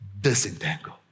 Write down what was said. disentangle